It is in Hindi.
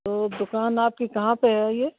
तो दुकान आपकी कहाँ पे है ये